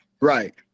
Right